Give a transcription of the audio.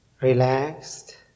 relaxed